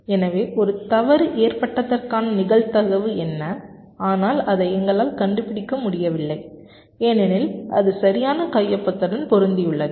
எனவே ஒரு தவறு ஏற்பட்டதற்கான நிகழ்தகவு என்ன ஆனால் அதை எங்களால் கண்டுபிடிக்க முடியவில்லை ஏனெனில் அது சரியான கையொப்பத்துடன் பொருந்தியுள்ளது